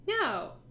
No